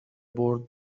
برد